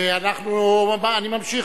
אני ממשיך.